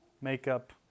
makeup